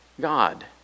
God